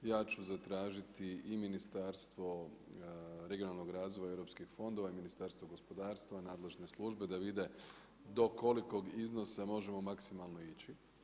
Ja ću zatražiti i Ministarstvo regionalnog razvoja i europskih fondova i Ministarstvo gospodarstva i nadležne službe da vide do kolikog iznosa možemo maksimalno ići.